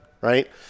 right